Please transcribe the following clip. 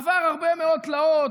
הוא עבר הרבה מאוד תלאות: